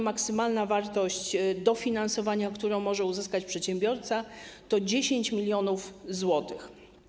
Maksymalna wartość dofinansowania, którą może uzyskać przedsiębiorca, to 10 mln zł.